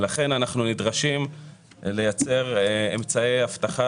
לכן אנחנו נדרשים לייצר אמצעי אבטחה